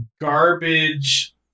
garbage